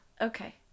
Okay